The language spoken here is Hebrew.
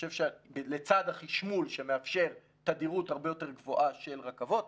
לצד החשמול שמאפשר תדירות הרבה יותר גבוהה של רכבות,